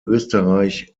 österreich